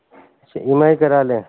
اچھا E M I کرا لیں